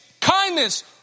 kindness